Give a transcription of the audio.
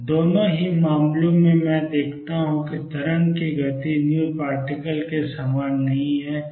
दोनों ही मामलों में मैं देखता हूं कि तरंग की गति vparticle के समान नहीं है